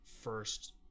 first